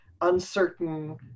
uncertain